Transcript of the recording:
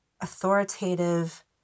authoritative